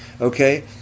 okay